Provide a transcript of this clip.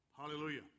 hallelujah